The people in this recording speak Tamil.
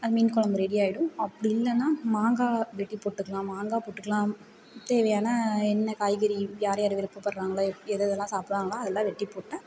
மீன் குழம்பு ரெடி ஆகிடும் அப்படி இல்லைனா மங்காய் வெட்டி போட்டுக்கலாம் மங்காய் போட்டுக்கலாம் தேவையான என்ன காய்கறி யார் யார் விருப்பப்படுறாங்களோ எது எதுலாம் சாப்பிடுவாங்களோ அதுலாம் வெட்டி போட்டால்